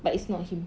but it's not him